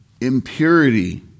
impurity